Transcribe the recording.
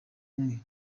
umwe